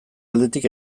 aldetik